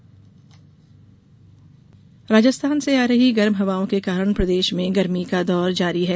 मौसम राजस्थान से आ रही गर्म हवाओं के कारण प्रदेश में गर्मी का दौर जारी है